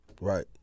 Right